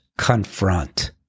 confront